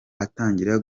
atangira